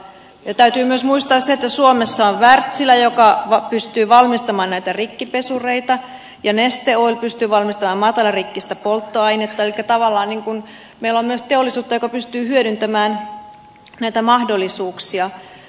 täytyy myös muistaa se että suomessa on wärtsilä joka pystyy valmistamaan näitä rikkipesureita ja neste oil pystyy valmistamaan matalarikkistä polttoainetta elikkä tavallaan meillä on myös teollisuutta joka pystyy hyödyntämään näitä mahdollisuuksia